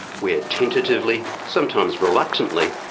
where tentatively, sometimes reluctantly,